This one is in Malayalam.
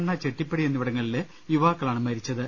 എട വണ്ണ ചെട്ടിപ്പടി എന്നിവിടങ്ങളിലെ യുവാക്കളാണ് മരിച്ചത്